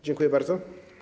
Dziękuję bardzo.